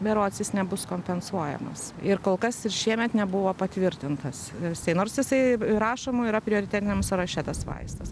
berods jis nebus kompensuojamas ir kol kas ir šiemet nebuvo patvirtintas jisai nors jisai įrašomų yra prioritetiniam sąraše tas vaistas